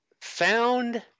found